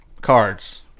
cards